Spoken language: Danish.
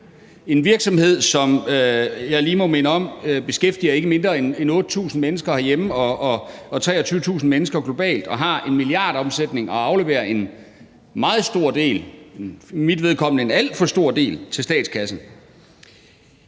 en virksomhed, som jeg lige må minde om beskæftiger ikke mindre end 8.000 mennesker herhjemme og 23.000 mennesker globalt og har en milliardomsætning og afleverer en meget stor del – efter min mening en alt for stor del – til statskassen.